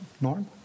Norm